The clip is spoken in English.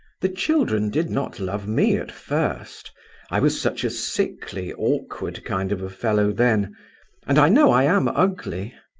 the children did not love me at first i was such a sickly, awkward kind of a fellow then and i know i am ugly.